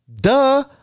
Duh